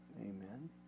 Amen